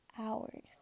hours